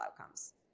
outcomes